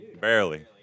Barely